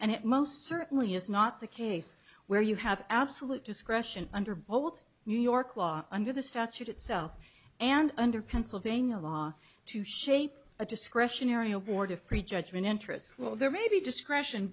and it most certainly is not the case where you have absolute discretion under both new york law under the statute itself and under pennsylvania law to shape a discretionary abortive prejudgment interest well there may be discretion